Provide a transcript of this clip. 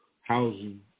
Housing